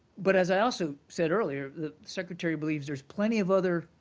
but as i also said earlier, the secretary believes there's plenty of other